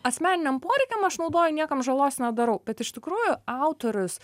asmeniniam poreikiam aš naudoju niekam žalos nedarau bet iš tikrųjų autorius